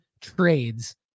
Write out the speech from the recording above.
trades